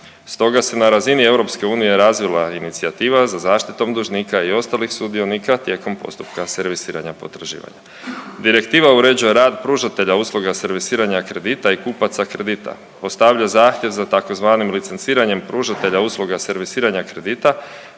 Stoga se na razini EU razvila inicijativa za zaštitom dužnika i ostalih sudionika tijekom postupka servisiranja potraživanja. Direktiva uređuje rad pružatelja usluga servisiranja kredita i kupaca kredita, postavlja zahtjev za tzv. licenciranjem pružatelja usluga servisiranja kredita